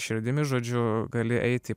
širdimi žodžiu gali eiti į